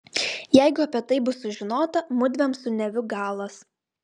jeigu apie tai bus sužinota mudviem su neviu galas